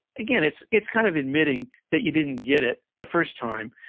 again, it's it's kind of admitting that you didn't get it the first time,